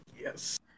yes